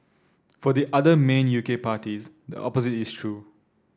for the other main U K parties the opposite is true